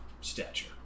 stature